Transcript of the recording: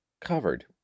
covered